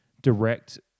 direct